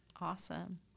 Awesome